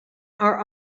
are